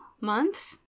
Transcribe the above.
Months